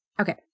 Okay